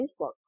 Facebook